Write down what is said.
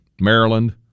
Maryland